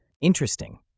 Interesting